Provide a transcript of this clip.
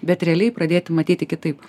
bet realiai pradėti matyti kitaip